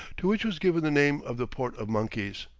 to which was given the name of the port of monkeys.